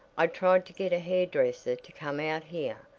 i tried to get a hair-dresser to come out here,